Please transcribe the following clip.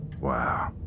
Wow